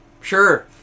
Sure